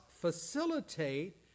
facilitate